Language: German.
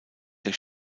der